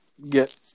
get